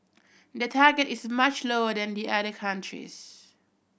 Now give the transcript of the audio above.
their target is much lower than the other countries